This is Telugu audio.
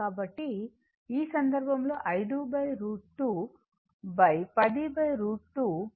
కాబట్టి ఈ సందర్భంలో 5 √ 210 √ 2